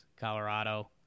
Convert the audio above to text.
Colorado